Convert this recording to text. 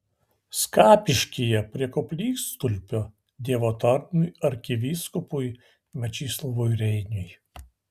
skapiškyje prie koplytstulpio dievo tarnui arkivyskupui mečislovui reiniui